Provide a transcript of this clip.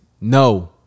no